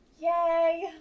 Yay